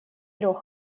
трех